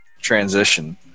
transition